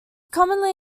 commonly